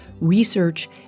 research